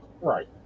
Right